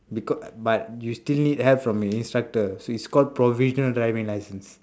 because uh but you still need help from your instructor so it's called provisional driving license